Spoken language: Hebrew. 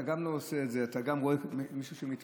אתה גם לא עושה את זה אם אתה רואה שמישהו מתמהמה.